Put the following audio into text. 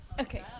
Okay